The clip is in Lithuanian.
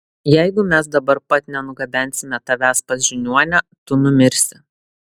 jeigu mes dabar pat nenugabensime tavęs pas žiniuonę tu numirsi